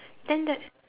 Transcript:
then the